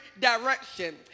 direction